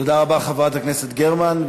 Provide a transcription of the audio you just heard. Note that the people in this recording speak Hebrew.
תודה רבה, חברת הכנסת גרמן.